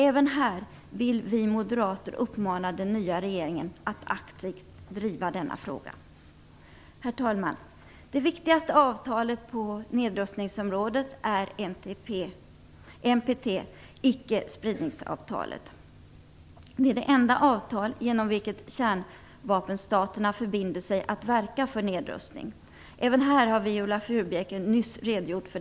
Även här vill vi moderater uppmana den nya regeringen att aktivt driva denna fråga. Herr talman! Det viktigaste avtalet på nedrustningsområdet är NPT, icke-spridningsavtalet. Det är det enda avtal genom vilket kärnvapenstaterna förbinder sig att verka för nedrustning. Även för detta har Viola Furubjelke nyss redogjort.